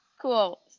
Cool